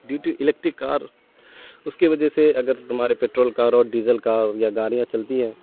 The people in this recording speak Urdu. ڈیو ٹو الیکٹک کار اس کے وجہ سے اگر تمہارے پیٹرول کار اور ڈیزل کار اور یا گاڑیاں چلتی ہیں